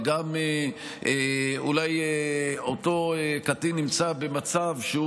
וגם אולי אותו קטין נמצא במצב שהוא